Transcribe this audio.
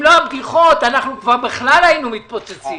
אם לא הבדיחות אנחנו כבר בכלל היינו מתפוצצים.